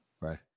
Right